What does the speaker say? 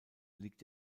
liegt